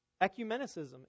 Ecumenicism